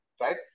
right